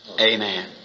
Amen